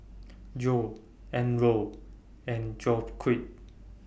Geo Elroy and Joaquin